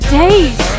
days